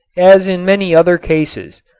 as in many other cases,